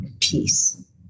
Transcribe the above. peace